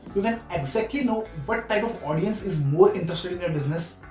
exactly know what type of audience is more interested in your business.